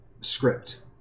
script